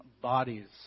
bodies